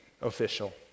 official